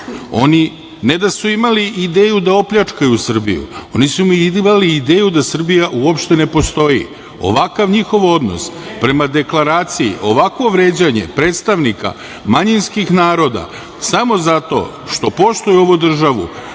Oni ne da su imali ideju da opljačkaju Srbiju, oni su imali ideju da Srbija uopšte ne postoji. Ovakav njihov odnos prema Deklaraciji, ovakvo vređanje predstavnika manjinskih naroda, samo zato što poštuju ovu državu,